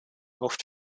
oft